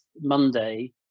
Monday